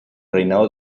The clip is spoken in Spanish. reinado